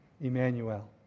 Emmanuel